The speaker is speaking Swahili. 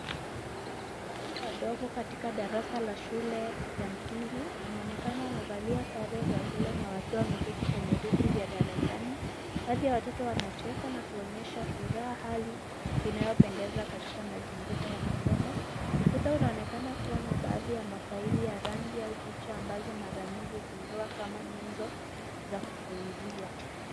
Watoto wadogo katika darasa la shule ya msingi wanaonekana wamevalia sare za shule na wakiwa wameketi kwenye viti vya darasani, baadhi ya watoto wanacheka na kuonyesha furaha, hali inayopendeza katika mazingira ya masomo, ukuta unaonekana kuwa na baadhi ya mafaili ya rangi au picha ambazo mara nyingi hutumiwa nyezo za kufunzia.